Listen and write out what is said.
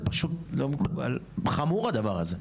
זה פשוט חמור, הדבר הזה.